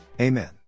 Amen